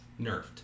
nerfed